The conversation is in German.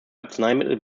arzneimittel